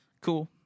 cool